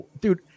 dude